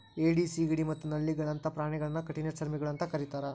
ಏಡಿ, ಸಿಗಡಿ ಮತ್ತ ನಳ್ಳಿಗಳಂತ ಪ್ರಾಣಿಗಳನ್ನ ಕಠಿಣಚರ್ಮಿಗಳು ಅಂತ ಕರೇತಾರ